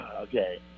Okay